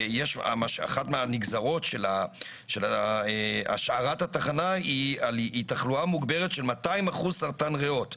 אחת מהנגזרות של השארת התחנה היא תחלואה מוגברת של 200% סרטן ריאות,